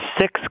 six